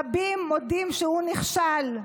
רבים מודים שהוא נכשל.